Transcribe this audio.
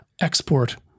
export